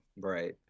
Right